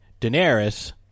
Daenerys